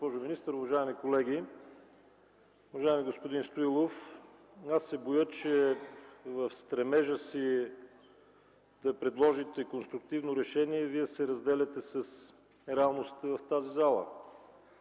уважаеми колеги! Уважаеми господин Стоилов, аз се боя, че в стремежа си да предложите конструктивно решение Вие се разделяте с реалностите в тази зала.